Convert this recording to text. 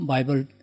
Bible